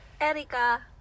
Erika